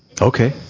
Okay